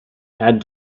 had